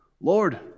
Lord